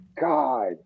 God